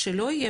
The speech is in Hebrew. שיוצר או